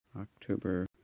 October